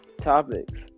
topics